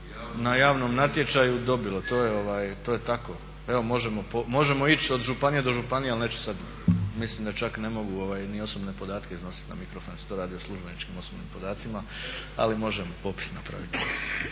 na javnom natječaju dobilo. To je tako. Evo možemo ići od županije do županije ali neću sada, mislim da čak ne mogu ni osobne podatke iznositi na mikrofon jer se to radi o službeničkim osobnim podacima ali možemo popis napraviti.